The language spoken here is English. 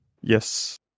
Yes